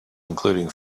including